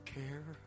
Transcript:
care